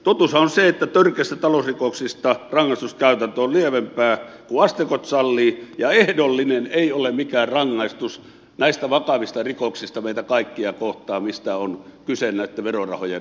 totuushan on se että törkeistä talousrikoksista rangaistuskäytäntö on lievempää kuin asteikot sallivat ja ehdollinen ei ole mikään rangaistus näistä vakavista rikoksista meitä kaikkia kohtaan mistä on kyse näitten verorahojen varastamisessa